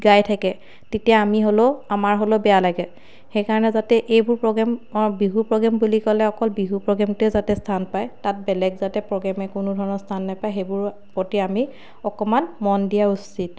গাই থাকে তেতিয়া আমি হ'লেও আমাৰ হ'লেও বেয়া লাগে সেইকাৰণে যাতে এইবোৰ প্ৰগ্ৰেমৰ বিহু প্ৰগ্ৰেম বুলি ক'লে অকল বিহু প্ৰগ্ৰেমটোৱে যাতে স্থান পাই তাত বেলেগ যাতে প্ৰগ্ৰেমে কোনো ধৰণৰ স্থান নাপায় সেইবোৰৰ প্ৰতি আমি অকণমান মন দিয়া উচিত